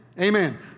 Amen